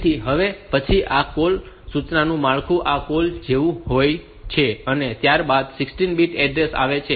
તેથી હવે પછી આ કૉલ સૂચનાનું માળખું આ કૉલ જેવું હોય છે અને ત્યારબાદ 16 બીટ એડ્રેસ આવે છે